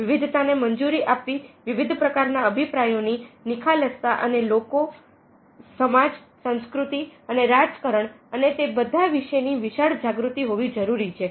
વિવિધતાને મંજૂરી આપવી વિવિધ પ્રકારના અભિપ્રાયોની નિખાલસતા અને લોકો સમાજ સંસ્કૃતિ અને રાજકારણ અને તે બધા વિશેની વિશાળ જાગૃતિ હોવી જરૂરી છે